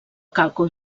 càlcul